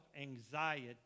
anxiety